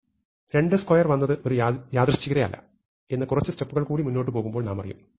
22 വന്നത് ഒരു യാദൃശ്ചികതയല്ല എന്ന് കുറച്ചു സ്റ്റെപ്പുകൾ കൂടി മുന്നോട്ടുപോകുമ്പോൾ നാമറിയും